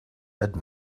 had